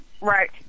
right